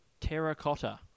Terracotta